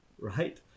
Right